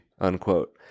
unquote